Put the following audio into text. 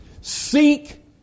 Seek